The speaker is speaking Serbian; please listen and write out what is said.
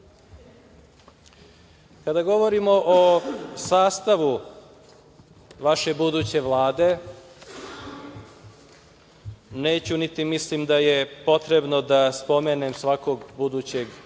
govorimo o sastavu vaše buduće Vlade, neću, niti mislim da je potrebno da spomenem svakog budućeg